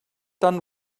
done